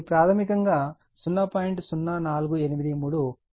0483 metre 2